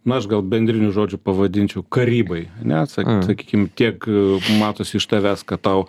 na aš gal bendriniu žodžiu pavadinčiau karybai ane sa sakykim tiek matosi iš tavęs kad tau